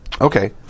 Okay